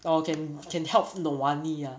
orh can can help the nowani ah